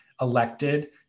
elected